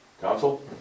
Council